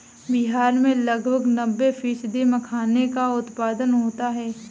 बिहार में लगभग नब्बे फ़ीसदी मखाने का उत्पादन होता है